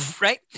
right